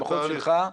במחוז שלך,